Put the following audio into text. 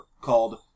called